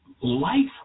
life